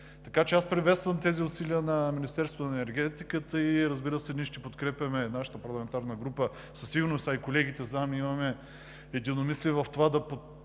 на Европа. Приветствам тези усилия на Министерството на енергетиката. Разбира се, ние ще подкрепяме, нашата парламентарна група със сигурност, а и колегите знам, имаме единомислие в това да подкрепяме